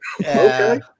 okay